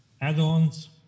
add-ons